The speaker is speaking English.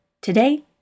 Today